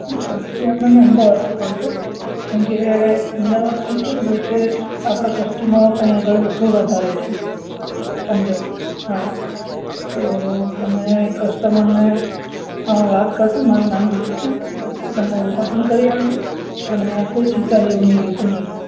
સસ્તી આપણને અમદાવાદથી પડશે કેમ કે અમદાવાદથી કેવું છે કે આપણા કસ્ટમર ત્યાં આગળ લોકલ વધારે છે સમજો હા તો તમે કસ્ટમરને વાત કરશો ને મારું નામ દેશોને તો તમને ઓછા પણ કરી આપશે અને કોઈ ચિંતા જેવું નહીં રહે સમજો તમે